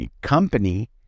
company